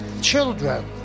children